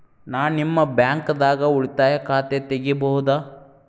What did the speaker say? ನಾ ನಿಮ್ಮ ಬ್ಯಾಂಕ್ ದಾಗ ಉಳಿತಾಯ ಖಾತೆ ತೆಗಿಬಹುದ?